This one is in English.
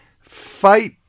fight